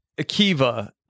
Akiva